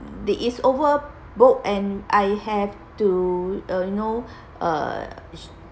it is overbook and I have to uh you know uh